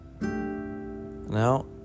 Now